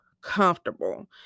comfortable